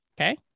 Okay